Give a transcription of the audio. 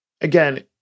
Again